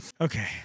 Okay